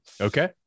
Okay